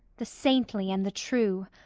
the saintly and the true!